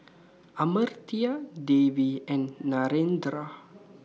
Amartya Devi and Narendra